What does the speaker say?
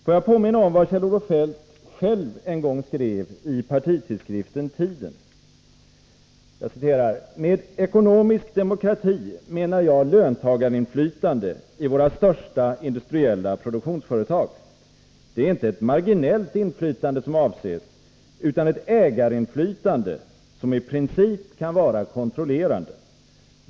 Får jag påminna om vad Kjell-Olof Feldt själv en gång skrev i partitidskriften Tiden: ”Med ekonomisk demokrati menar jag löntagarinflytande i våra största industriella produktionsföretag. Det är inte ett marginellt inflytande som avses, utan ett ägarinflytande som i princip kan vara kontrollerande.